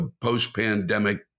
post-pandemic